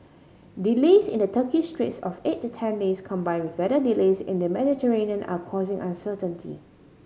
delays in the Turkish straits of eight to ten days combined with weather delays in the Mediterranean are causing uncertainty